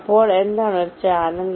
അപ്പോൾ എന്താണ് ഒരു ചാനൽ